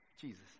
Jesus